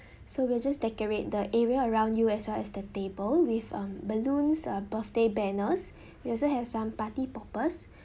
so we'll just decorate the area around you as well as the table with um balloons uh birthday banners we also have some party poppers